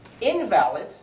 invalid